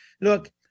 Look